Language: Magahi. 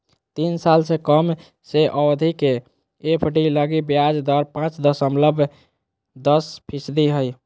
तीन साल से कम के अवधि के एफ.डी लगी ब्याज दर पांच दशमलब दस फीसदी हइ